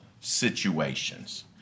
situations